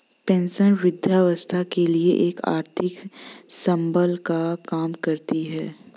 pension वृद्धावस्था के लिए एक आर्थिक संबल का काम करती है